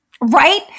Right